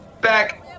Back